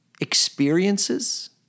experiences